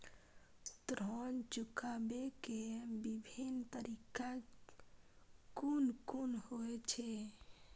ऋण चुकाबे के विभिन्न तरीका कुन कुन होय छे?